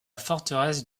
forteresse